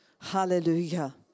Hallelujah